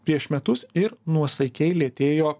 prieš metus ir nuosaikiai lėtėjo